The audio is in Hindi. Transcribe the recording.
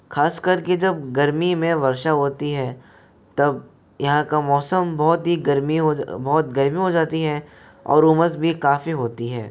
खासकर की जब गर्मी में वर्षा होती है तब यहाँ का मौसम बहुत ही गर्मी बहुत गर्मी हो जाती है और उमस भी काफ़ी होती है